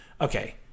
Okay